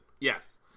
Yes